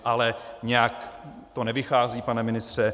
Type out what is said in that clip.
Ale nějak to nevychází, pane ministře.